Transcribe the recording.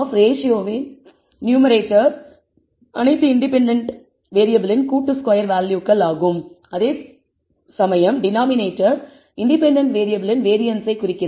ரேஷியோவின் numerator அனைத்து independent வேறியபிளின் கூட்டு ஸ்கொயர் வேல்யூகள் ஆகும் அதே சமயம் டினாமினேட்டர் இன்டெபென்டென்ட் வேறியபிளின் வேரியன்ஸை குறிக்கிறது